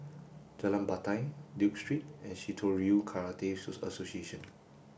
Jalan Batai Duke Street and Shitoryu Karate Association